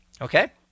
Okay